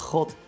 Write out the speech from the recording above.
God